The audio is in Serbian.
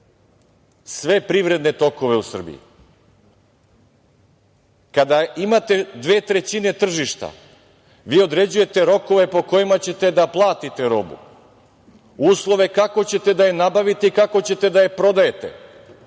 Sve privredne tokove u Srbiji. Kada imate 2/3 tržišta, vi određujete rokove po kojima ćete da platite robu, uslove kako ćete da je nabavite i kako ćete da je prodajete,